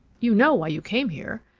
you know why you came here?